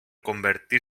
convertir